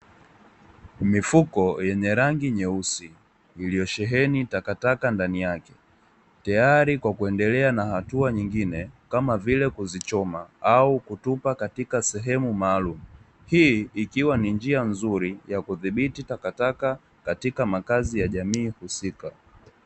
Mifuko yenye rangi nyeusi, iliyosheheni takataka ndani yake. Tayari kwa kuendelea na hatua nyingine, kama vile kuzichoma, au kutupa katika sehemu maalumu. Hii ikiwa ni njia nzuri, ya kudhibiti takataka katika makazi ya jamii husika.